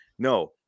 No